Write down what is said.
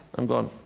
i'm going,